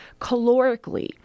calorically